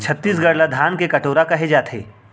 छत्तीसगढ़ ल धान के कटोरा कहे जाथे